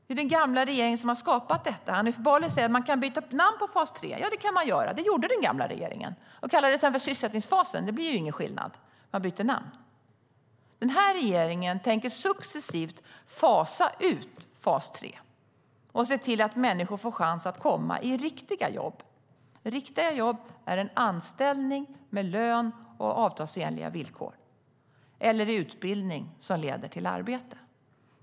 Det är den gamla regeringen som har skapat detta. Hanif Bali säger att man kan byta namn på fas 3. Ja, det kan man göra. Det gjorde den gamla regeringen. Den kallade den sedan för sysselsättningsfasen. Det blir ju ingen skillnad om man byter namn. Den här regeringen tänker successivt fasa ut fas 3 och se till att människor får chans att komma i riktiga jobb - ett riktigt jobb är en anställning med lön och avtalsenliga villkor - eller i utbildning som leder till arbete.